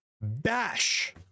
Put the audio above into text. bash